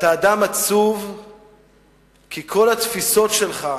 אתה אדם עצוב כי כל התפיסות שלך,